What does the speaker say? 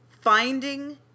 finding